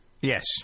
Yes